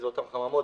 אלה אותן חממות,